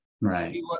Right